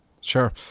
Sure